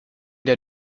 der